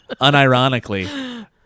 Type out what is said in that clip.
unironically